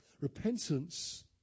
Repentance